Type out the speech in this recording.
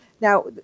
Now